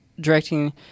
directing